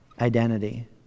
identity